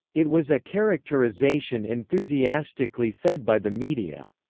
it was a characterization enthusiastically fed by the media.